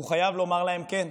הוא חייב לומר להם כן.